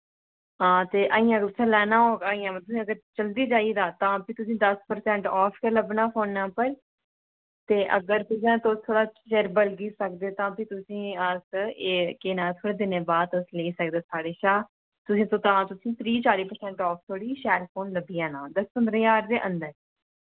हां ते अजें तुसें लैना होग अजें मतलब अगर जल्दी चाहिदा तां फ्ही तुसें दस परसैंट आफ गै लब्भना फोना उप्पर ते अगर तुसें तुस थोह्ड़ा चिर बल्गी सकदे तां फ्ही तुसें अस एह् केह् नांऽ थोह्ड़े दिनें बाद तुस लेई सकदे ओ साढ़े शा तुसें ते तां अस त्रीह् चाली परसैंट आफ धोड़ी शैल फोन लब्भी जाना दस पंदरां ज्हार दे अंदर